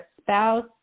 spouse